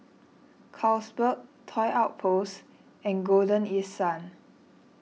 Carlsberg Toy Outpost and Golden East Sun